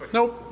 Nope